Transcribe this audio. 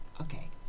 okay